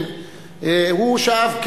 הוא שאב,